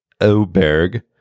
Oberg